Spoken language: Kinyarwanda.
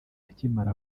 akimara